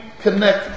connect